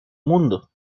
mundo